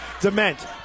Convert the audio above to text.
Dement